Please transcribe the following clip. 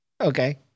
Okay